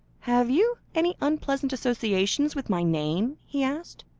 have you any unpleasant associations with my name? he asked.